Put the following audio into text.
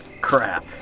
Crap